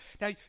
Now